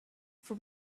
from